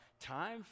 time